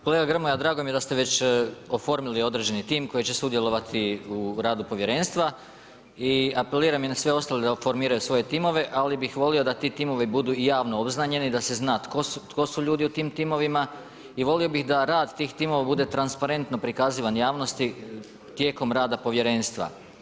Kolega Grmoja drago mi je da ste već oformili određeni tim koji će sudjelovati u radu povjerenstva i apeliram i na sve ostale da oformiraju svoje timove, ali bih volio da ti timovi budu javno obznanjeni i da se zna tko su ljudi u tim timovima i volio bih da rad tih timova bude transparentno prikazivan javnosti tijekom rada povjerenstva.